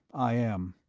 i am,